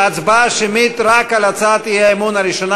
ההצבעה השמית היא רק על הצעת האי-אמון הראשונה,